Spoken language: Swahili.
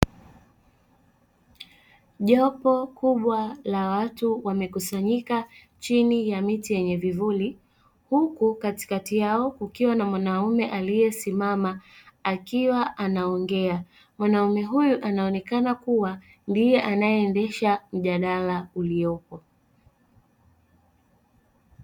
Jopo kubwa la watu wamekusanyika chini ya miti yenye vivuli huku katikati yao kukiwa na mwanaume aliyesimama akiwa anaongea. Mwanaume huyu anaonekana kuwa ndiye anayeendesha mjadala uliopo.